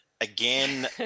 Again